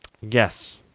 Yes